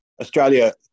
Australia